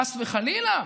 חס וחלילה,